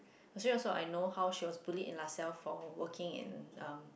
actually also I know how she was bullied in Laselle for working in um